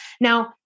Now